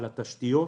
על התשתיות,